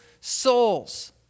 souls